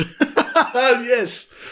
Yes